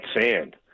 sand